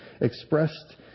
expressed